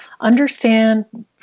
understand